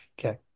okay